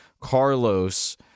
Carlos